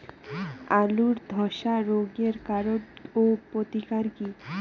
আলুর ধসা রোগের কারণ ও প্রতিকার কি?